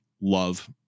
love